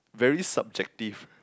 very subjective